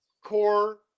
core